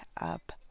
up